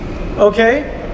Okay